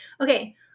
Okay